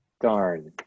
Darn